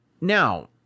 Now